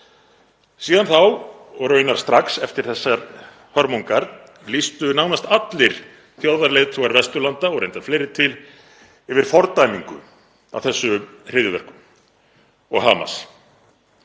Síðan þá og raunar strax eftir þessar hörmungar lýstu nánast allir þjóðarleiðtogar Vesturlanda, og reyndar fleiri, yfir fordæmingu á þessum hryðjuverkum og Hamas.